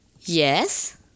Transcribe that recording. Yes